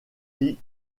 qui